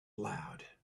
loud